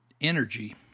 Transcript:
energy